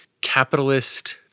capitalist